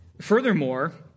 Furthermore